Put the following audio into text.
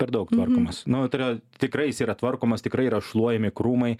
per daug tvarkomas nu tai yra tikrai jis yra tvarkomas tikrai yra šluojami krūmai